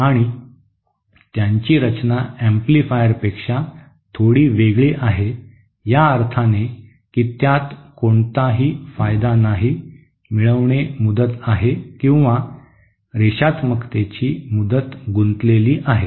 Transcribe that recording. आणि त्यांची रचना एम्पलीफायरपेक्षा थोडी वेगळी आहे या अर्थाने की त्यात कोणताही फायदा नाही मिळवणे मुदत आहे किंवा रेषात्मकतेची मुदती गुंतलेली आहे